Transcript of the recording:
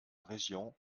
région